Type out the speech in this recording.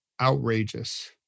outrageous